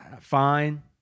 fine